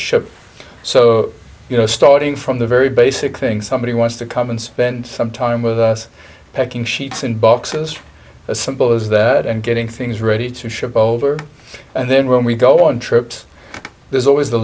ship so you know starting from the very basic things somebody wants to come and spend some time with us packing sheets in boxes as simple as that and getting things ready to ship over and then when we go on trips there's always the